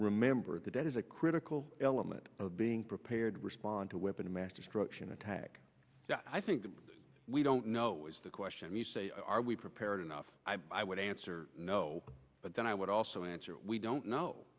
remember the dead is a critical element of being prepared respond to weapon of mass destruction attack i think we don't know is the question you say are we prepared enough i would answer no but then i would also answer we don't know